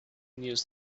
news